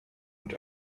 und